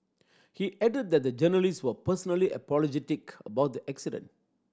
he added that the journalist were personally apologetic about the accident